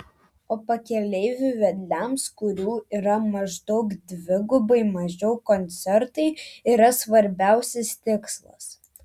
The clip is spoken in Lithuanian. o pakeleivių vedliams kurių yra maždaug dvigubai mažiau koncertai yra svarbiausias tikslas